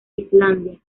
islandia